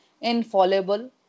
infallible